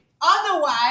Otherwise